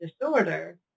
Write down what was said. disorder